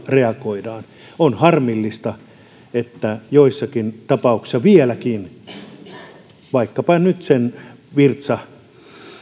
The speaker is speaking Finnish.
reagoidaan on harmillista että joissakin tapauksissa vieläkin vaikkapa nyt sen virtsatulehduksen